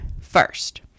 first